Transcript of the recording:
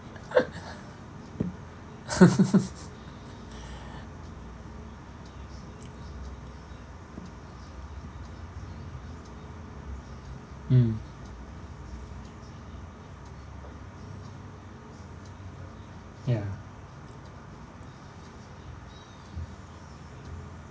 mm ya